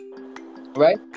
right